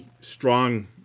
strong